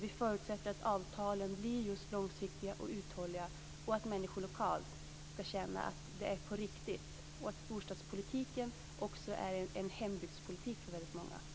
Vidare förutsätter vi att avtalen blir just långsiktiga och uthålliga och att människor lokalt känner att det är på riktigt och att storstadspolitiken också är en hembygdspolitik för väldigt många.